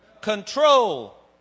control